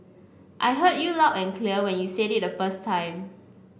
I heard you loud and clear when you said it the first time